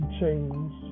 change